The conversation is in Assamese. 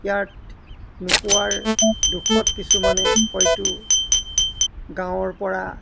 ইয়াত নোপোৱাৰ দুখত কিছুমানে হয়টো গাঁৱৰ পৰা